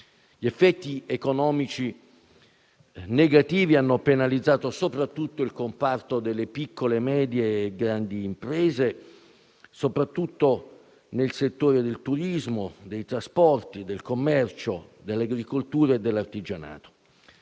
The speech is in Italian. Gli effetti economici negativi hanno penalizzato soprattutto il comparto delle piccole, medie e grandi imprese, principalmente nel settore del turismo, dei trasporti, del commercio, dell'agricoltura e dell'artigianato.